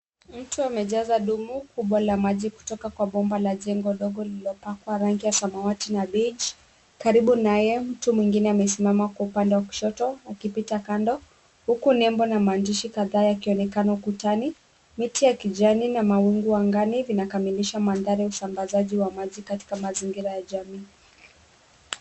Mtu amejaza dumu kubwa la maji kutoka kwa bomba la jengo dogo lililopakwa rangi ya samawati na beige . Karibu naye mtu mwingine amesimama kwa upande wa kushoto akipita kando, huku nembo na maandishi kadhaa yakionekana ukutani. Miti ya kijani na mawingu angani vinakamilisha mandhari ya usambazaji wa maji katika mazingira ya jamii.